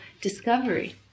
discovery